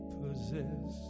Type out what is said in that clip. possess